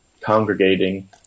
congregating